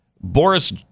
Boris